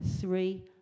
three